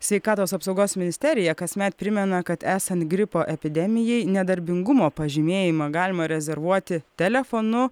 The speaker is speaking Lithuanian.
sveikatos apsaugos ministerija kasmet primena kad esant gripo epidemijai nedarbingumo pažymėjimą galima rezervuoti telefonu